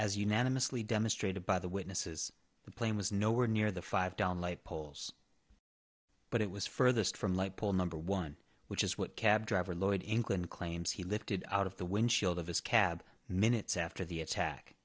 unanimously demonstrated by the witnesses the plane was nowhere near the five down light poles but it was furthest from light pole number one which is what cab driver lloyd in england claims he lifted out of the windshield of his cab minutes after the attack